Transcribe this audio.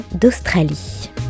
d'Australie